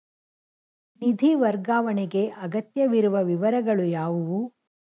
ನಿಧಿ ವರ್ಗಾವಣೆಗೆ ಅಗತ್ಯವಿರುವ ವಿವರಗಳು ಯಾವುವು?